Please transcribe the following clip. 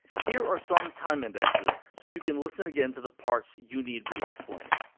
here are some time indexes so you can listen again to the parts you need re-explained.